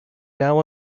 now